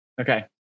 Okay